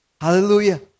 Hallelujah